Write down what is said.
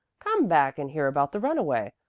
come back and hear about the runaway.